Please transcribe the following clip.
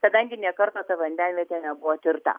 kadangi nė karto ta vandenvietė nebuvo tirta